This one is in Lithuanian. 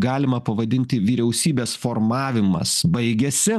galima pavadinti vyriausybės formavimas baigiasi